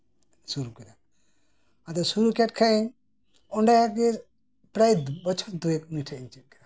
ᱥᱩᱨᱩ ᱠᱮᱫᱟ ᱥᱩᱨᱩ ᱠᱮᱜ ᱠᱷᱟᱱᱤᱧ ᱚᱱᱰᱮ ᱜᱮ ᱟᱫᱚ ᱵᱚᱪᱷᱚᱨ ᱫᱩᱭᱮᱠ ᱩᱱᱤ ᱴᱷᱮᱱ ᱤᱧ ᱪᱶᱮᱫ ᱠᱮᱫᱟ